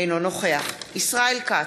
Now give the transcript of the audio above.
אינו נוכח ישראל כץ,